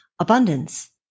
abundance